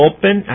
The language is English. Open